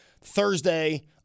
Thursday